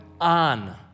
on